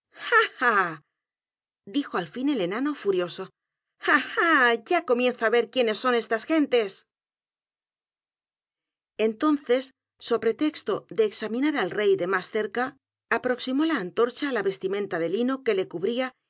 dijo al fin el enano furioso ah i a h ya comienzo á ver quiénes son estas gentes entonces so pretexto de examinar al rey de más cerca aproximó la antorcha á la vestimenta de lino que